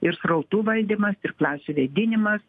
ir srautų valdymas ir klasių vėdinimas